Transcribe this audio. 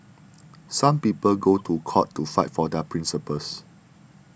some people go to court to fight for their principles